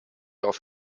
auf